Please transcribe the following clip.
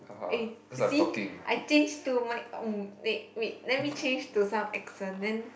eh you see I change to my wait wait let me change to some accent then